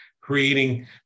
creating